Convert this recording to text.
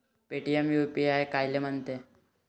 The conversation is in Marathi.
पेटीएम यू.पी.आय कायले म्हनते?